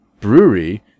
brewery